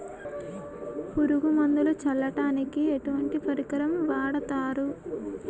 పురుగు మందులు చల్లడానికి ఎటువంటి పరికరం వాడతారు?